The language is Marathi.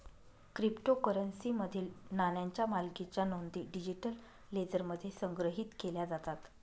क्रिप्टोकरन्सीमधील नाण्यांच्या मालकीच्या नोंदी डिजिटल लेजरमध्ये संग्रहित केल्या जातात